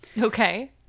Okay